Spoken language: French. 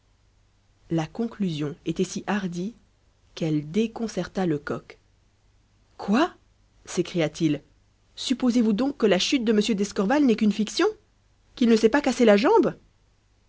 la conclusion était si hardie qu'elle déconcerta lecoq quoi s'écria-t-il supposez-vous donc que la chute de m d'escorval n'est qu'une fiction qu'il ne s'est pas cassé la jambe